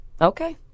Okay